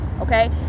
okay